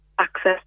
access